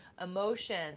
Emotions